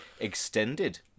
Extended